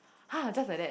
!huh! just like that